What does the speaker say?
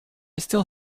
still